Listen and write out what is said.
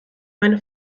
meine